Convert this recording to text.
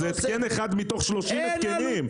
זה התקן אחד מתוך 30 התקנים.